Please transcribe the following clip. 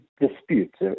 disputes